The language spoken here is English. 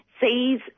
sees